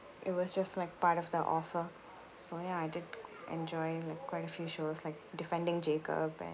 it was just like part of the offer so ya I did enjoy like quite a few shows like defending jacob and